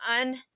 un